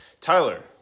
Tyler